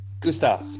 Gustav